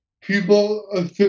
people